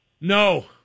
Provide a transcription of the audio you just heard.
No